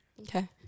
Okay